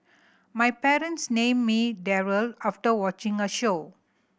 my parents named me Daryl after watching a show